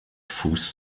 fuß